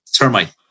termite